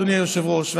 אדוני היושב-ראש,